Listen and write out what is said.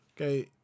okay